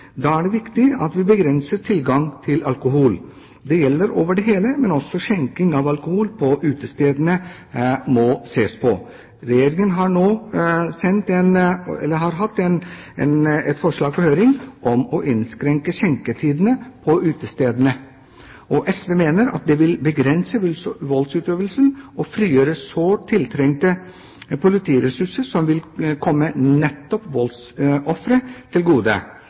Da er det viktig at vi begrenser tilgangen til alkohol. Det gjelder over det hele, men også skjenking av alkohol på utesteder må ses på. Regjeringen har nå hatt et forslag på høring om å innskrenke skjenketidene på utesteder. SV mener at det vil begrense voldsutøvelsen og frigjøre sårt tiltrengte politiressurser, som vil komme nettopp voldsofre til gode.